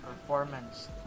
performance